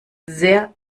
sehr